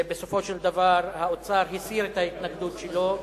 בסופו של דבר האוצר הסיר את ההתנגדות שלו,